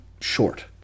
short